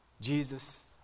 Jesus